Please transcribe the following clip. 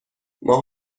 ماه